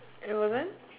it wasn't